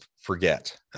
forget